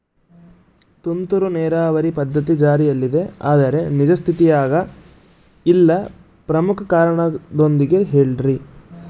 ತುಂತುರು ನೇರಾವರಿ ಪದ್ಧತಿ ಜಾರಿಯಲ್ಲಿದೆ ಆದರೆ ನಿಜ ಸ್ಥಿತಿಯಾಗ ಇಲ್ಲ ಪ್ರಮುಖ ಕಾರಣದೊಂದಿಗೆ ಹೇಳ್ರಿ?